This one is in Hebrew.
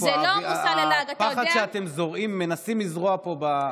הפחד שאתם מנסים לזרוע בציבור,